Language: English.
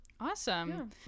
awesome